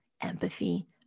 empathy